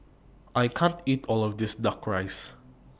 I can't eat All of This Duck Rice